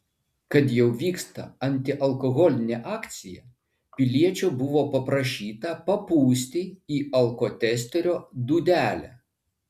kad jau vyksta antialkoholinė akcija piliečio buvo paprašyta papūsti į alkotesterio dūdelę